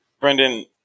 Brendan